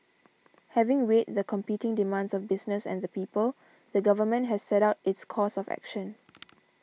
having weighed the competing demands of business and the people the government has set out its course of action